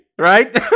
right